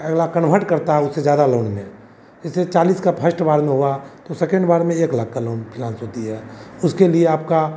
convert करता है उससे ज़्यादा लोन में जैसे चालीस का फस्ट बार में हुआ तो सेकेन्ड बार में एक लाख का लोन फिलान्स होती है उसके लिए आपका